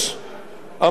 המסור,